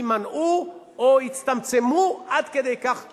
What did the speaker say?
יימנעו או יצטמצמו עד כדי כך שייעלמו.